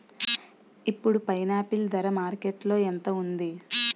ఇప్పుడు పైనాపిల్ ధర మార్కెట్లో ఎంత ఉంది?